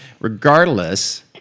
Regardless